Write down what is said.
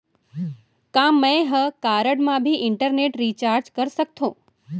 का मैं ह कारड मा भी इंटरनेट रिचार्ज कर सकथो